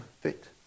fit